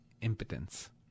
impotence